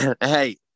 hey